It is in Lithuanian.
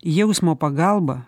jausmo pagalba